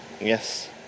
Yes